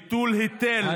ביטול היטל על עובדים זרים,